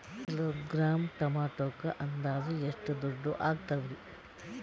Kilogram ಟೊಮೆಟೊಕ್ಕ ಅಂದಾಜ್ ಎಷ್ಟ ದುಡ್ಡ ಅಗತವರಿ?